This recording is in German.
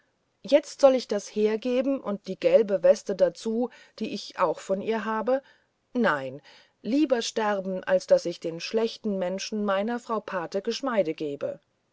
jetzt soll ich das alles hergeben und die gelbe weste dazu die ich auch von ihr habe nein lieber sterben als daß ich den schlechten menschen meiner frau pate geschmeide gebe